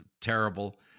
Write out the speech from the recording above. terrible